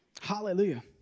Hallelujah